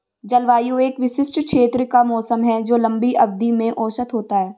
जलवायु एक विशिष्ट क्षेत्र का मौसम है जो लंबी अवधि में औसत होता है